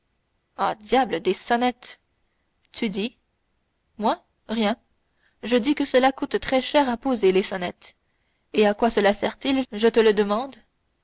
ah diable des sonnettes tu dis moi rien je dis que cela coûte très cher à poser les sonnettes et à quoi cela sert-il je te le demande